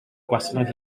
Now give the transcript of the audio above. gwasanaeth